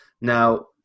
Now